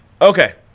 Okay